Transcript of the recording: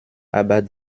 aber